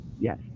Yes